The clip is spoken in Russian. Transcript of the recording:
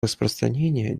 распространения